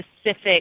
specific